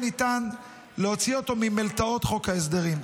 ניתן להוציא אותו ממלתעות חוק ההסדרים.